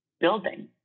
Building